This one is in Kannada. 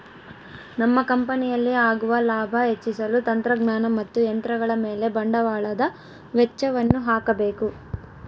ನಮ್ಮ ಕಂಪನಿಯಲ್ಲಿ ಆಗುವ ಲಾಭ ಹೆಚ್ಚಿಸಲು ತಂತ್ರಜ್ಞಾನ ಮತ್ತು ಯಂತ್ರಗಳ ಮೇಲೆ ಬಂಡವಾಳದ ವೆಚ್ಚಯನ್ನು ಹಾಕಬೇಕು